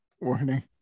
warning